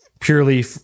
Purely